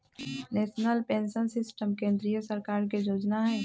national pension system केंद्रीय सरकार के जोजना हइ